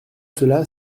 cela